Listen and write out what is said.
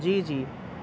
جی جی